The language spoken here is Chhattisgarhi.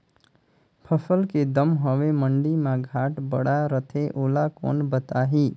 फसल के दम हवे मंडी मा घाट बढ़ा रथे ओला कोन बताही?